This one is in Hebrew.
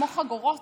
כמו חגורות,